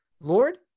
Lord